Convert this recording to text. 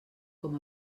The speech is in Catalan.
com